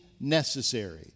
necessary